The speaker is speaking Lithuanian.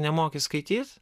nemoki skaityt